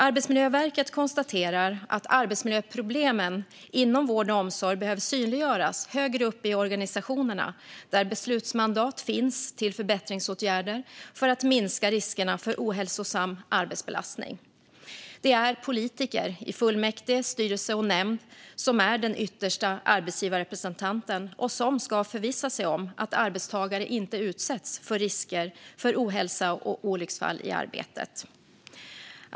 Arbetsmiljöverket konstaterar att arbetsmiljöproblemen inom vård och omsorg behöver synliggöras högre upp i organisationerna, där beslutsmandat finns till förbättringsåtgärder för att minska riskerna för ohälsosam arbetsbelastning. Det är politiker i fullmäktige, styrelse och nämnd som är den yttersta arbetsgivarrepresentanten och ska förvissa sig om att arbetstagare inte utsätts för risker för ohälsa och olycksfall i arbetet.